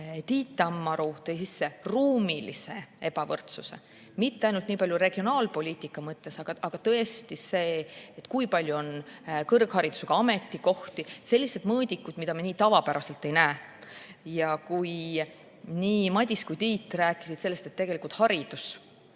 Tiit Tammaru tõi sisse ruumilise ebavõrdsuse, mitte ainult niipalju regionaalpoliitika mõttes, aga selle, kui palju on kõrgharidusega ametikohti, sellised mõõdikud, mida me tavapäraselt ei näe. Kui nii Madis kui ka Tiit rääkisid sellest, et haridus